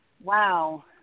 Wow